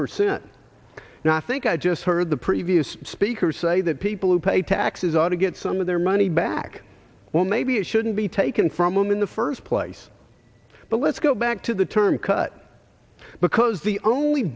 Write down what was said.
percent now i think i just heard the previous speakers say that people who pay taxes ought to get some of their money back well maybe it shouldn't be taken from them in the first place but let's go back to the term cut because the only